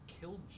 killed